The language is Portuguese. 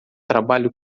trabalho